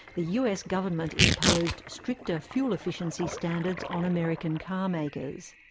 the us government imposed stricter fuel efficiency standards on american car makers.